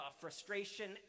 frustration